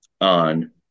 on